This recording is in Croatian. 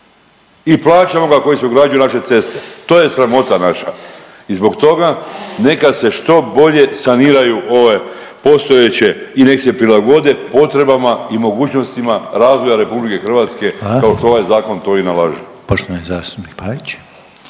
i plaćamo ga koji se ugrađuje u naše ceste. To je sramota naša. I zbog toga neka se što bolje saniraju ove postojeće i nek se prilagode potrebama i mogućnostima razvoja Republike Hrvatske … …/Upadica Reiner: Hvala./…